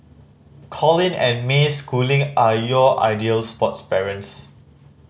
Colin and May Schooling are your ideal sports parents